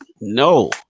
no